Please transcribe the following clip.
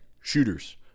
shooters